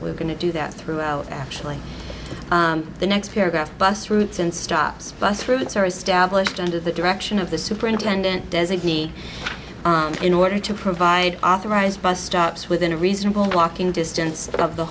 we're going to do that throughout actually the next paragraph bus routes and stops bus routes are established under the direction of the superintendent designee in order to provide authorised bus stops within a reasonable walking distance of the